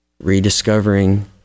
rediscovering